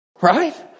Right